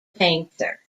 painter